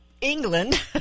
England